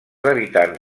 habitants